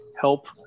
help